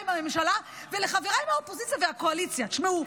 מהממשלה ולחבריי מהאופוזיציה והקואליציה: שמעו,